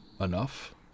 enough